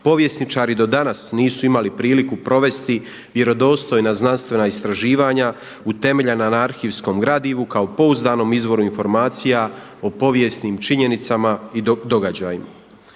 povjesničari do danas nisu imali priliku provesti vjerodostojna znanstvena istraživanja utemeljena na arhivskom gradivu kao pouzdanom izvoru informacija o povijesnim činjenicama i događaju.